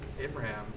Abraham